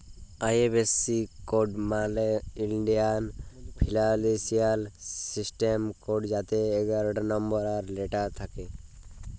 IFSC code মালে ইলডিয়াল financial system code যাতে এগারটা লম্বর আর লেটার থ্যাকে